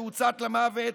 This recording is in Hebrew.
שהוצת למוות